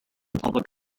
public